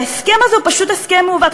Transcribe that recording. ההסכם הזה הוא פשוט הסכם מעוות.